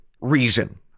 reason